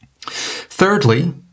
Thirdly